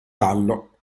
dallo